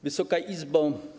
Wysoka Izbo!